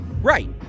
Right